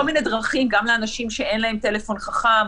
מיני דרכים גם לאנשים שאין להם טלפון חכם,